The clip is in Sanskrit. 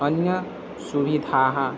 अन्यः सुविधाः